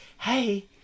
hey